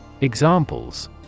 Examples